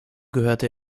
gehörte